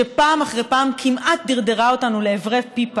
שפעם אחרי פעם כמעט דרדרה אותנו לעברי פי פחת,